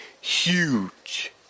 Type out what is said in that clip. huge